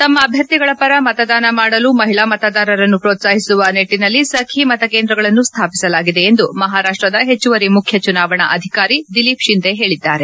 ತಮ್ಮ ಅಭ್ಯರ್ಥಿಗಳ ಪರ ಮತದಾನ ಮಾಡಲು ಮಹಿಳಾ ಮತದಾರರನ್ನು ಪ್ರೋತ್ಪಾಹಿಸುವ ನಿಟ್ಟಿನಲ್ಲಿ ಸಖಿ ಮತಕೇಂದ್ರಗಳನ್ನು ಸ್ತಾಪಿಸಲಾಗಿದೆ ಎಂದು ಮಹಾರಾಷ್ಟದ ಹೆಚ್ಚುವರಿ ಮುಖ್ಯ ಚುನಾವಣಾ ಅಧಿಕಾರಿ ದಿಲಿಪ್ ಶಿಂದೆ ಹೇಳಿದ್ದಾರೆ